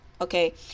okay